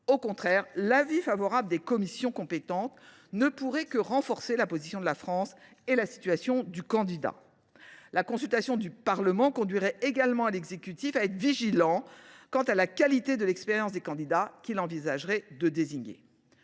Au contraire, l’avis favorable des commissions compétentes ne pourrait que renforcer la position de la France et celle du candidat. En outre, la consultation du Parlement conduirait également l’exécutif à être particulièrement vigilant sur la qualité et l’expérience des candidats qu’il envisagerait de désigner.